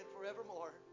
forevermore